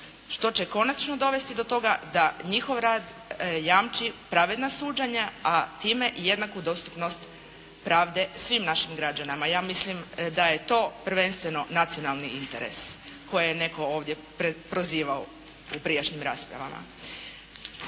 što će konačno dovesti do toga da njihov rad jamči pravedna suđenja a time i jednaku dostupnost pravde svim našim građanima. Ja mislim da je to prvenstveno nacionalni interes koji je netko ovdje prozivao u prijašnjim raspravama.